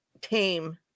tame